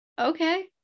okay